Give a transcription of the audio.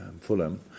Fulham